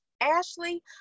ashley